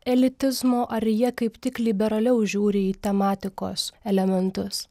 elitizmo ar jie kaip tik liberaliau žiūri į tematikos elementus